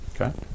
Okay